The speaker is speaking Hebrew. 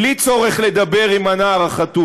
בלי צורך לדבר עם הנער החטוף?